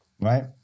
right